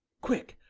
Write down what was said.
quick!